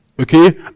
Okay